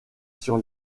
sur